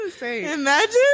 imagine